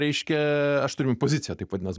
reiškia aš turim poziciją taip vadinas